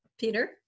Peter